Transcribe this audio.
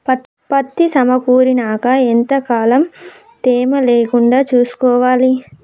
పత్తి సమకూరినాక ఎంత కాలం తేమ లేకుండా చూసుకోవాలి?